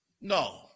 No